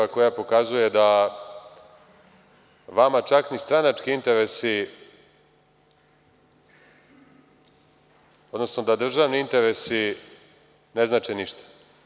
To je izjava koja pokazuje da vama čak ni stranački interesi, odnosno da državni interesi ne znače ništa.